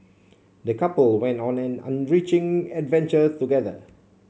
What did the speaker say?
the couple went on an enriching adventure together